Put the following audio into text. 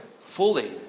fully